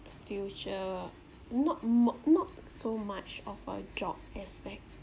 future not not not so much of a job aspect